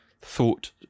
thought